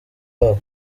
wabo